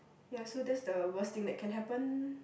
ya so that's the worse thing that can happen